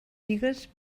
bigues